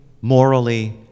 morally